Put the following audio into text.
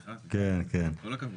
סליחה, כל הכבוד.